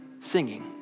singing